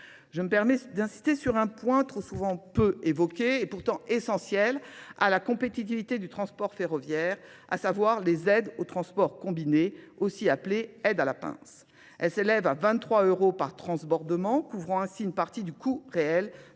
Je me permets d'insister sur un point trop souvent peu évoqué et pourtant essentiel à la compétitivité du transport ferroviaire, à savoir les aides aux transports combinés, aussi appelées aides à la pince. Elles s'élèvent à 23 euros par transbordement, couvrant ainsi une partie du coût réel